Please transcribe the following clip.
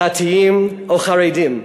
דתיים או חרדים.